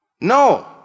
no